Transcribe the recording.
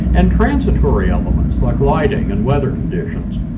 and transitory elements like lighting and weather conditions.